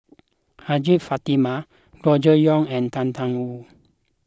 Hajjah Fatimah Gregory Yong and Tang Da Wu